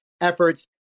efforts